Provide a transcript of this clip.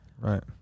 right